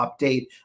Update